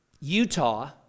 Utah